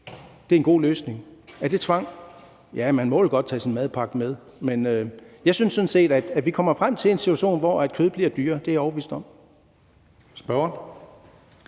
Det er en god løsning. Er det tvang? Man må vel godt tage sin madpakke med. Men jeg mener sådan set, at vi kommer frem til en situation, hvor kød bliver dyrere. Det er jeg overbevist om.